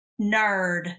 Nerd